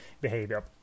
behavior